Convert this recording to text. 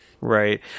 Right